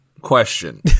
question